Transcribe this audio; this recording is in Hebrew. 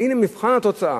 והנה, מבחן התוצאה,